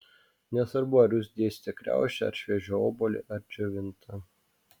nesvarbu ar jūs dėsite kriaušę ar šviežią obuolį ar džiovintą